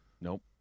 Nope